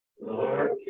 Lord